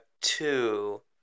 two